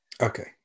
Okay